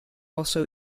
also